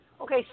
Okay